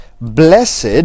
blessed